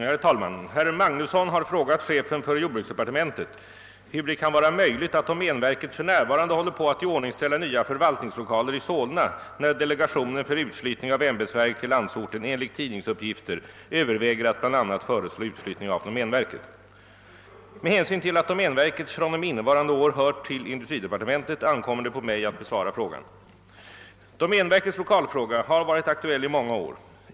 Herr talman! Herr Magnusson i Borås har frågat chefen för jordbruksdepartementet hur det kan vara möjligt att domänverket för närvarande håller på att iordningställa nya förvaltningslokaler i Solna när delegationen för utflyttning av ämbetsverk till landsorten enligt tidningsuppgifter överväger att bl.a. föreslå utflyttning av domänverket. Med hänsyn till att domänverket fr.o.m. innevarande år hör till industridepartementet ankommer det på mig att besvara frågan. Domänverkets lokalfråga har varit aktuell i många år.